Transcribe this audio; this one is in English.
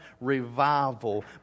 revival